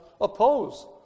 oppose